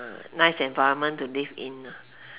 nice environment to live in